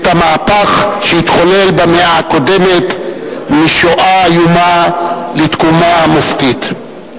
את המהפך שהתחולל במאה הקודמת משואה איומה לתקומה מופתית.